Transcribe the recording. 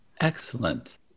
Excellent